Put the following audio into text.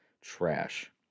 trash